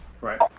Right